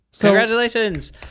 congratulations